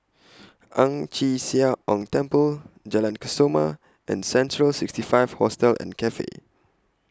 Ang Chee Sia Ong Temple Jalan Kesoma and Central sixty five Hostel and Cafe